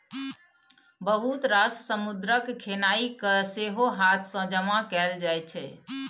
बहुत रास समुद्रक खेनाइ केँ सेहो हाथ सँ जमा कएल जाइ छै